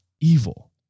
evil